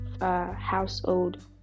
household